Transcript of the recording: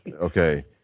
Okay